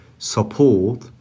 Support